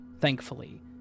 thankfully